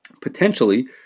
potentially